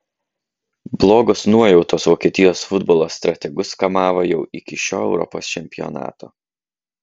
blogos nuojautos vokietijos futbolo strategus kamavo jau iki šio europos čempionato